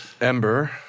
Ember